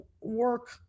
work